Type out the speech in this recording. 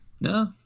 No